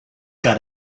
got